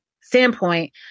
standpoint